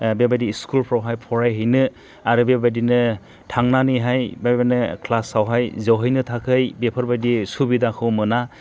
बेबादिनो स्कुलफ्रावहाय फरायहैनो आरो बेबादिनो थांनानैहाय बेबादिनो क्लासावहाय जाहैनो थाखाय बेफोरबायदि सुबिदाखौ मोना